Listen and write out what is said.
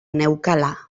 neukala